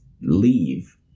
leave